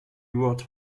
wrote